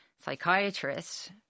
psychiatrist